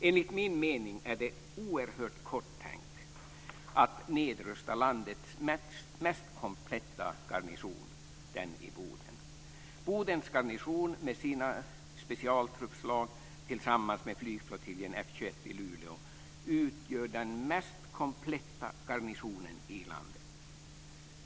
Enligt min mening är det oerhört korttänkt att nedrusta landets mest kompletta garnison, den i Boden. Bodens garnison med sina specialtruppslag utgör tillsammans med flygflottiljen F 21 i Luleå den mest kompletta garnisonen i landet.